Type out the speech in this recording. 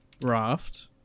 Raft